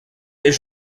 est